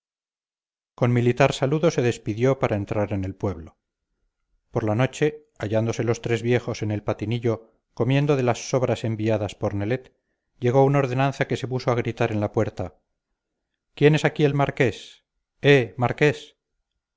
con militar saludo se despidió para entrar en el pueblo por la noche hallándose los tres viejos en el patinillo comiendo de las sobras enviadas por nelet llegó un ordenanza que se puso a gritar en la puerta quién es aquí el marqués eh marqués